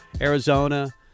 Arizona